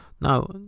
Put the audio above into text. Now